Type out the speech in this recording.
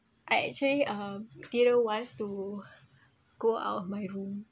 I actually um didn't want to go out of my room